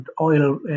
oil